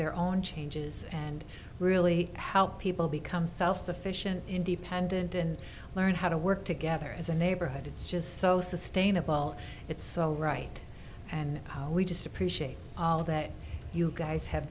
their own changes and really help people become self sufficient independent and learn how to work together as a neighborhood it's just so sustainable it's so right and we just appreciate all that you guys have